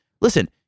listen